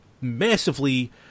massively